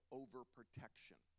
overprotection